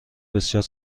بسیار